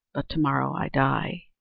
but to-morrow i die,